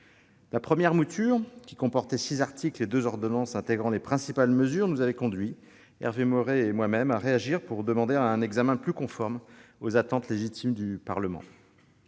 La première mouture de ce texte, qui comportait six articles et deux ordonnances intégrant les principales mesures, nous avait conduits, Hervé Maurey et moi-même, à réagir pour demander la tenue d'un débat plus conforme aux attentes légitimes du Parlement.